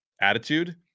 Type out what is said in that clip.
attitude